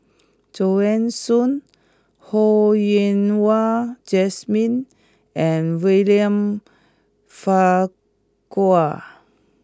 Joanne Soo Ho Yen Wah Jesmine and William Farquhar